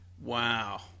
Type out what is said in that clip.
Wow